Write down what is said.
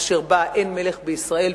אשר בה "אין מלך בישראל,